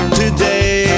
today